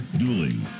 dueling